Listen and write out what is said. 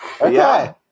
Okay